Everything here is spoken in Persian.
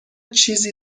چیزی